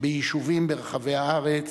ביישובים ברחבי הארץ.